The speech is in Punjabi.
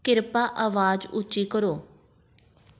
ਕਿਰਪਾ ਆਵਾਜ਼ ਉੱਚੀ ਕਰੋ